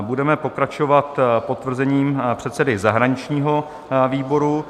Budeme pokračovat potvrzením předsedy zahraničního výboru.